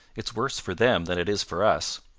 it's worse for them than it is for us.